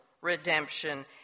redemption